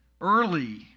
Early